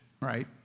right